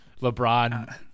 LeBron